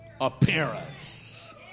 Appearance